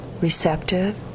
receptive